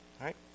right